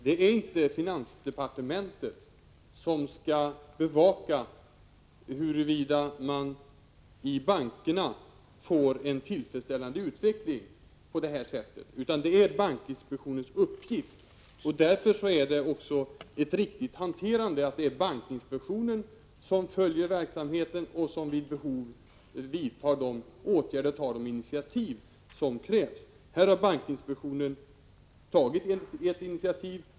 Det är inte finansdepartementet som skall bevaka huruvida man i bankerna får en tillfredsställande utveckling — det är bankinspektionens uppgift. Därför är det riktigt att bankinspektionen följer verksamheten och vid behov tar de initiativ som krävs. Här har bankinspektionen tagit ett initiativ.